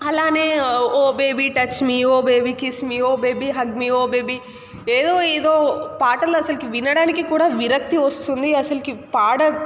అలానే oh baby touch me oh baby kiss me oh baby hug me oh baby ఏదో ఏదో పాటలు అసలుకి వినడానికి కూడా విరక్తి వస్తుంది అసలుకి పాడ